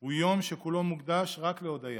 הוא יום שמוקדש כולו רק להודיה,